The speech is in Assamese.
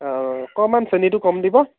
অঁ অকণমান চেনীটো কম দিব